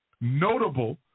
notable